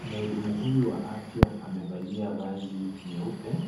Mhudumu huyu wa afya amevalia vazi nyeupe.